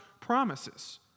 promises